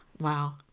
Wow